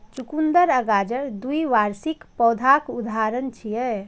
चुकंदर आ गाजर द्विवार्षिक पौधाक उदाहरण छियै